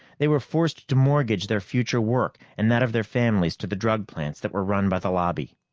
they were forced to mortgage their future work and that of their families to the drug plants that were run by the lobby.